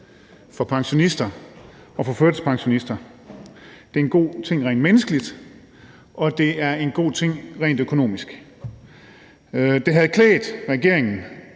for pensionister og førtidspensionister. Det er en god ting rent menneskeligt, og det er en god ting rent økonomisk. Det ville have klædt regeringen